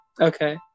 Okay